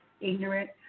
ignorant